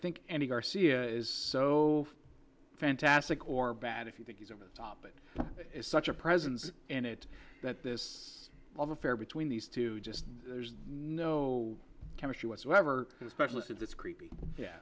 think andy garcia is so fantastic or bad if you think he's over the top it is such a presence and it that this affair between these two just there's no chemistry whatsoever especially since it's creepy yeah